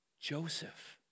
Joseph